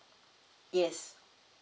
yes